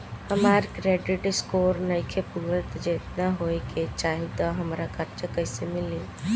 हमार credit score नईखे पूरत जेतना होए के चाही त हमरा कर्जा कैसे मिली?